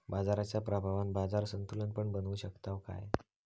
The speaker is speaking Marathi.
बाजाराच्या प्रभावान बाजार संतुलन पण बनवू शकताव काय?